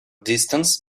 distance